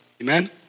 amen